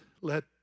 let